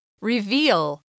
Reveal